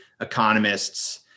Economists